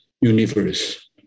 universe